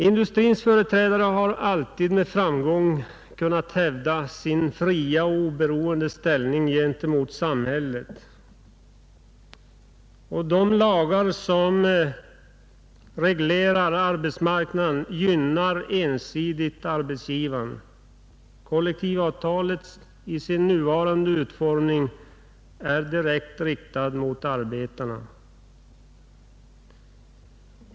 Industrins företrädare har alltid med framgång kunnat hävda sin fria och oberoende ställning gentemot samhället. De lagar som reglerar arbetsmarknaden gynnar ensidigt arbetsgivaren. Kollektivavtalslagen är i sin nuvarande utformning direkt riktad mot arbetarna.